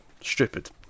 stupid